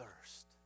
thirst